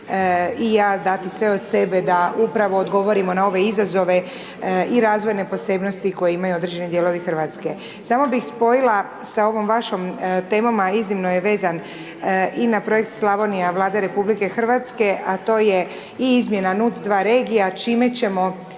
i ja dati sve od sebe da upravo odgovorimo na ove izazove i razvojne posebnosti koje ima određeni dijelovi Hrvatske. Samo bih spojila sa ovim vašim temama a iznimno je vezena i na projekt Slavonija Vlada RH, a to je i izmjena NUC2 regija, čime ćemo